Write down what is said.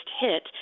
hit